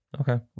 Okay